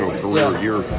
career-year